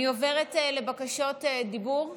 אני עוברת לבקשות דיבור: